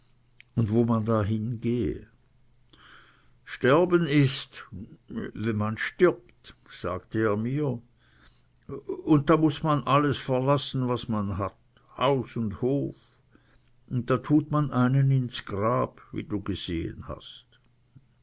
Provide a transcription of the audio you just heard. und wo man da hingehe sterben ist wenn man stirbt sagte er mir und da muß man alles verlassen was man hat haus und hof und da tut man einen ins grab wie du gesehen hast